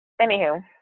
Anywho